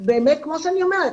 באמת כמו שאני אומרת,